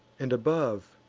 and above,